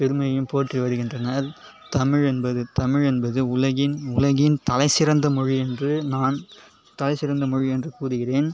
பெருமையும் போற்றி வருகின்றனர் தமிழ் என்பது தமிழ் என்பது உலகின் உலகின் தலைசிறந்த மொழி என்று நான் தலைசிறந்த மொழி என்று கூறுகிறேன்